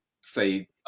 say